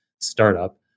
startup